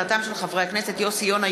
בהצעתם של חברי הכנסת יוסי יונה,